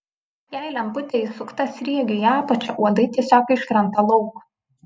jei lemputė įsukta sriegiu į apačią uodai tiesiog iškrenta lauk